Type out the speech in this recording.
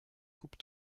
coupe